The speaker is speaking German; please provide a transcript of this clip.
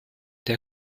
der